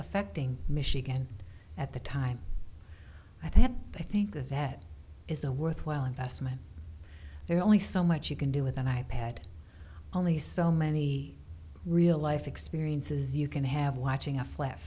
affecting michigan at the time i think i think that that is a worthwhile investment there's only so much you can do with an i pad only so many real life experiences you can have watching a flat